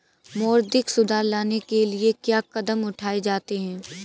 मौद्रिक सुधार लाने के लिए क्या कदम उठाए जाते हैं